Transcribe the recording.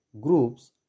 groups